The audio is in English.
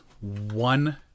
one